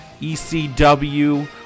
ECW